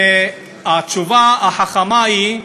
והתשובה החכמה היא,